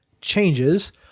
changes